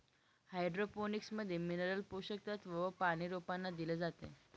hydroponics मध्ये mineral पोषक तत्व व पानी रोपांना दिले जाते